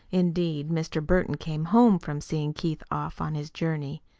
indeed, mr. burton came home from seeing keith off on his journey.